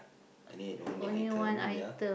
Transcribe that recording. I need only item ya